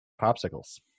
popsicles